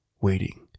waiting